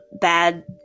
bad